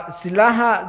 silaha